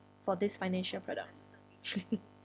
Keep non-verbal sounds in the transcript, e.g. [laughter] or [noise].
for this financial product [laughs]